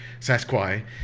Sasquai